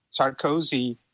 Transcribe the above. Sarkozy